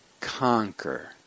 conquer